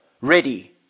ready